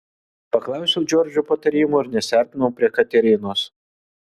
paklausiau džordžo patarimo ir nesiartinau prie katerinos